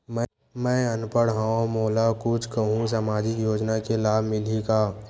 मैं अनपढ़ हाव मोला कुछ कहूं सामाजिक योजना के लाभ मिलही का?